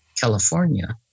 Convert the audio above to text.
California